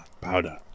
powder